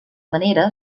manera